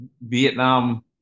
Vietnam